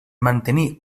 mantenir